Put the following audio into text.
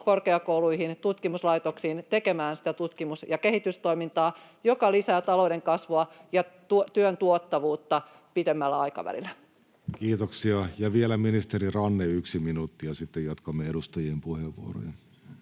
korkeakouluihin, tutkimuslaitoksiin tekemään sitä tutkimus- ja kehitystoimintaa, joka lisää talouden kasvua ja työn tuottavuutta pitemmällä aikavälillä. Kiitoksia. — Ja vielä ministeri Ranne, yksi minuutti, ja sitten jatkamme edustajien puheenvuoroilla.